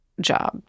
job